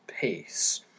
peace